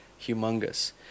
humongous